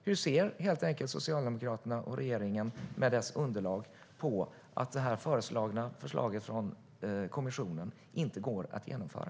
Hur ser helt enkelt Socialdemokraterna och regeringen med dess underlag på att förslaget från kommissionen inte går att genomföra?